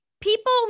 people